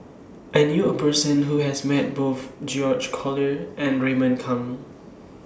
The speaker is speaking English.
I knew A Person Who has Met Both George Collyer and Raymond Kang